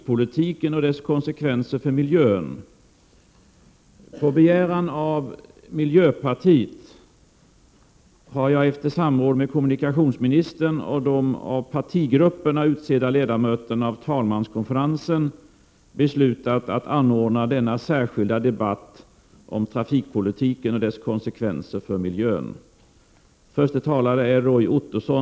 På begäran av miljöpartiet har jag efter samråd med kommunikationsministern och de av partigrupperna utsedda ledamöterna av talmanskonferensen beslutat att anordna denna särskilda debatt om trafikpolitiken och dess konsekvenser för miljön.